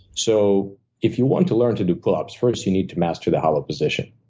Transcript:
so if you want to learn to do pull-ups, first you need to master the hollow position.